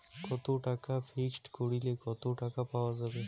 কত টাকা ফিক্সড করিলে কত টাকা পাওয়া যাবে?